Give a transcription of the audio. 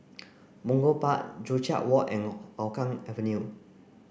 Punggol Park Joo Chiat Walk and Hougang Avenue